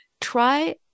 try